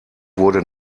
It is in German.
wurde